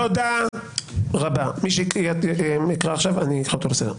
תודה רבה, מי שידבר עכשיו אני אקרא אותו לסדר.